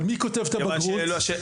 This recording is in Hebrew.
מי כותב את הבגרות?